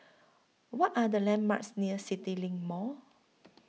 What Are The landmarks near CityLink Mall